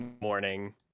morning